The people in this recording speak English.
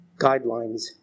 guidelines